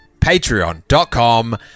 patreon.com